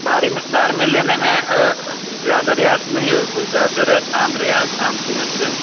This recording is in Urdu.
بھاری مقدار میں لینے میں زیادہ رعایت نہیں ہوگی کچھ زیادہ رعایت عام رعایت عام قیمت پہ